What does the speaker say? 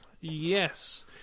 Yes